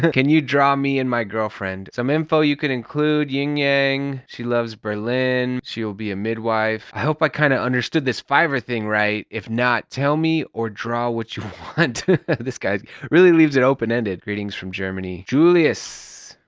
can you draw me and my girlfriend? some info you can include yin yan, she loves berlin, she will be a midwife. i hope i kind of understood this fiverr thing right? if not, tell me or draw what you want. laughs this guy really leaves it open-ended. greetings from germany, julius. aw,